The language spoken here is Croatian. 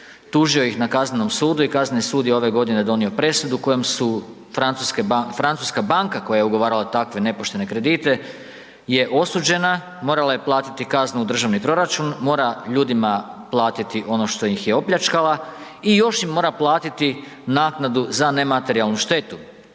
tužio ih na kaznenom sudu i kazneni sud je ove godine donio presudu kojom su francuske banke, francuska banka koja je ugovarala takve nepoštene kredite je osuđena, morala je platiti kaznu u državni proračun, mora ljudima platiti ono što ih je opljačkala i još im mora platiti naknadu za nematerijalnu štetu.